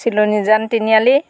Chilonijan Tiniali